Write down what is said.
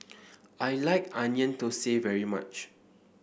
I like Onion Thosai very much